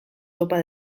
topa